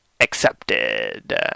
Accepted